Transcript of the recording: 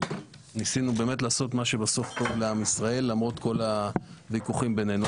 וניסינו באמת לעשות מה שבסוף טוב לעם ישראל למרות כל הוויכוחים בינינו.